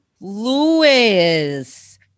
Lewis